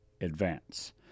advance